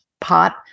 pot